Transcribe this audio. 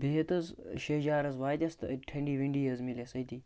بِہِتھ حظ شیٚہجار حظ واتٮ۪س تہٕ أتی ٹھنٛڈی ؤنڈی حظ میلٮ۪ٮس أتی